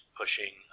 pushing